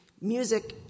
music